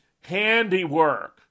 handiwork